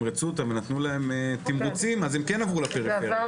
כשנתנו להם תמרוצים אז הם כן עברו לפריפריה.